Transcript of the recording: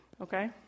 Okay